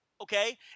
okay